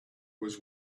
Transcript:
was